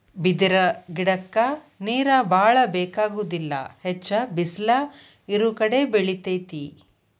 ಬಿದಿರ ಗಿಡಕ್ಕ ನೇರ ಬಾಳ ಬೆಕಾಗುದಿಲ್ಲಾ ಹೆಚ್ಚ ಬಿಸಲ ಇರುಕಡೆ ಬೆಳಿತೆತಿ